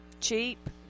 Cheap